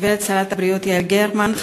גברתי שרת הבריאות יעל גרמן,